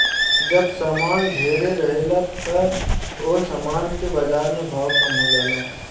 जब सामान ढेरे रहेला त ओह सामान के बाजार में भाव कम हो जाला